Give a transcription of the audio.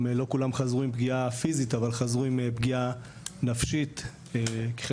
לא כולם חזרו עם פגיעה פיזית אבל חזרו עם פגיעה נפשית כחלק